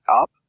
up